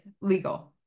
legal